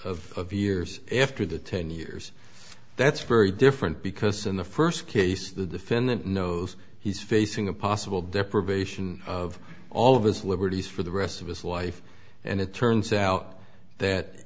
time of years after the ten years that's very different because in the first case the defendant knows he's facing a possible deprivation of all of his liberties for the rest of his life and it turns out that